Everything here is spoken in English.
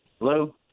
Hello